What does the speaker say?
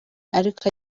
ariko